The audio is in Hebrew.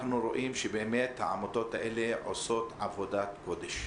אנחנו רואים שהעמותות האלה עושות עבודת קודש.